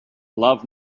love